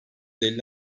elli